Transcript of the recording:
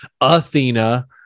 athena